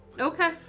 Okay